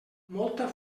molta